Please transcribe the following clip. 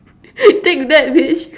take that bitch